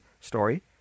story